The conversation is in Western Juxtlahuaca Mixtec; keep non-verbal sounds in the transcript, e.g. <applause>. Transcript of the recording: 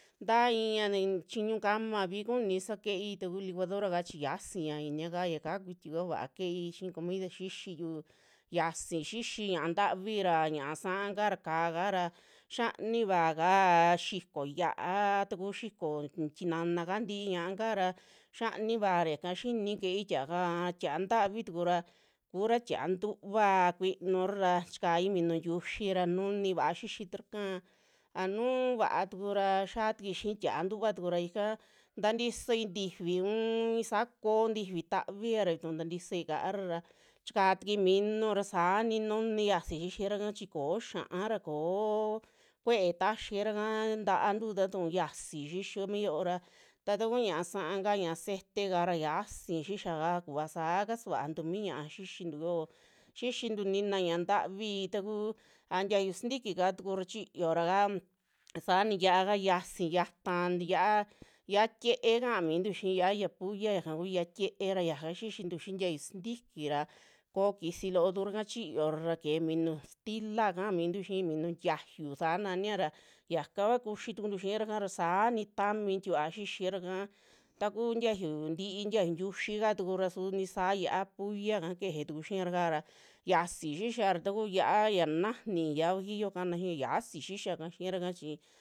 Ntaiya t chiñu kamavi kuni saa keei taku licuadoraka chi yiasi ñaa inia kaa yaka kuiti kua vaa ke'ei xii comida xixiyu, yiasi xixi ñaa ntavira ñaa sa'aka, ka'á kaara xiaaniva kaa xiko yia'a, taku xiko tinanaka ntii ñaaka ra xianivaa ra yaka xini keei tia'aka a tia'a ntavi tuku ra, kuara tia'a ntuva kuinura ra chikai minu ntiuxi ra nuni vaa xixitura kaa a nuu vaa tukura xiaa tukui xii tia'a ntuva tukura ika tantisoi ntifi u'un i'isa ko'o ntifi taviara vituu tantisoi kaara ra chikaa tukui minu ra sa'ani nuni yiasi xixira kaa chi ko'o xia'ara koo kuee taxiraka taantu tatuu xiasi xixio mi yo'ora, ta taku ñaa sa'aka, ñaa ceteka ra yiasi xixiaka kuva saa kasuantu mi ña'a xixintu yoo, xixintu nina ñaa ntavii takuu a tiayu sintikita tuku ra chiyora kaa <noise> saani yia'a kaa yiasi xiaata ni yia'a, yia'a tiee kamintu xii yia'a ya pulla yaka kuu yia'a tiee ra, yaka xixinu xii tiayu sintiki ra ko'o kisi loo tukuraka chiyora ra keje minu stila kaamintu xii minu tiayu, saa naniara yakakua kuxi tukuntu xiiraka ra saa ni tami tikuaa xixiraka taku tiayu, tii tiayu ntiuyi kaa tukura su nisaa yia'a pullaka keje tuku xiiraka ra xiasi xixiara tukuu yia'a yaa najani, yia'a guajillo kaana xii yiasi xixiaka xiiraka chi.